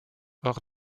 hors